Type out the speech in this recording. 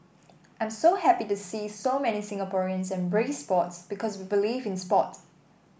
I'm so happy to see so many Singaporeans embrace sports because we believe in sport